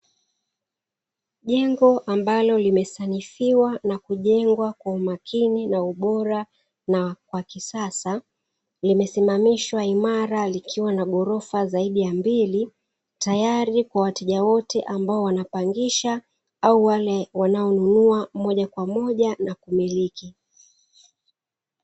Jengo ambalo limesanifiwa na kujengwa kwa umakini na ubora na kwa kisasa, limesimamishwa imara likiwa na ghorofa zaidi ya mbili, tayari kwa wateja wote ambao wanapangisha au wale wanaonunua moja kwa moja na kumiliki.